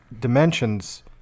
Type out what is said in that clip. dimensions